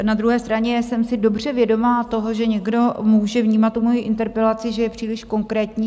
Na druhé straně jsem si dobře vědoma toho, že někdo může vnímat tu mojI interpelaci, že je příliš konkrétní.